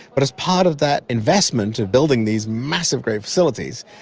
but as part of that investment of building these massive great facilities,